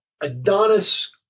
Adonis